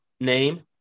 name